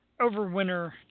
Overwinter